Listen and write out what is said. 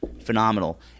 Phenomenal